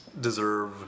deserve